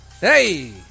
hey